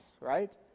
right